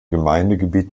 gemeindegebiet